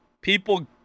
people